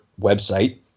website